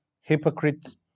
hypocrites